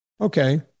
Okay